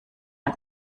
ein